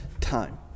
time